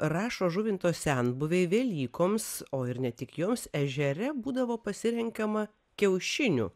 rašo žuvinto senbuviai velykoms o ir ne tik joms ežere būdavo pasirenkama kiaušinių